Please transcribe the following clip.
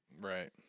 right